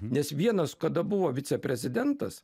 nes vienas kada buvo viceprezidentas